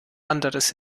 anderes